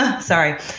Sorry